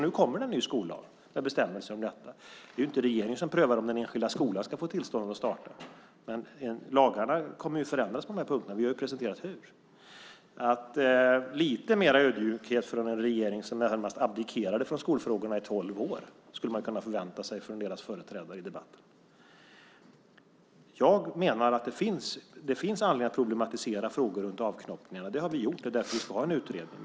Nu kommer det en ny skollag med bestämmelser om friskolor. Det är inte regeringen som prövar om den enskilda skolan ska få tillstånd att starta. Men lagarna kommer att förändras på den här punkten, och vi har presenterat hur. Med tanke på att vi hade en regering som närmast abdikerade från skolfrågorna i tolv år, skulle man kunna förvänta sig lite mer ödmjukhet från deras företrädare i debatten. Jag menar att det finns anledning att problematisera frågor runt avknoppningarna. Det har vi gjort, och det är därför vi ska ha en utredning.